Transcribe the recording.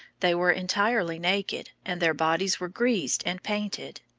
they were entirely naked, and their bodies were greased and painted.